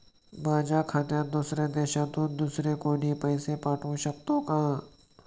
माझ्या खात्यात दुसऱ्या देशातून दुसरे कोणी पैसे पाठवू शकतो का?